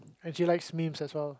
and she likes memes as well